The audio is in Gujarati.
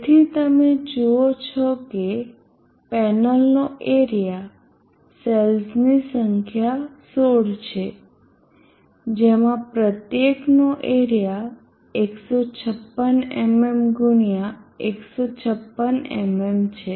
તેથી તમે જુઓ છો કે પેનલનો એરીયા સેલ્સની સંખ્યા 16 છે જેમાં પ્રત્યેકનો એરીયા 156 mm x 156 mm છે